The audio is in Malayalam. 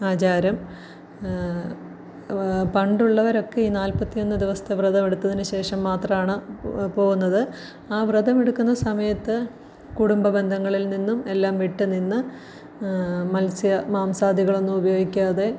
ആചാരം പണ്ടുള്ളവരൊക്കെ ഈ നാല്പത്തിയൊന്ന് ദിവസത്തെ വ്രതം എടുത്തതിന് ശേഷം മാത്രമാണ് പോവുന്നത് ആ വ്രതം എടുക്കുന്ന സമയത്ത് കുടുംബ ബന്ധങ്ങളിൽ നിന്നും എല്ലാം വിട്ട് നിന്ന് മത്സ്യ മാംസാദികളൊന്നും ഉപയോഗിക്കാതെ